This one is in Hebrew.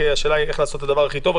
השאלה היא רק איך לעשות את הדבר הכי טוב.